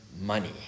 money